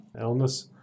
illness